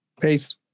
peace